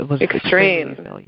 Extreme